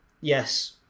yes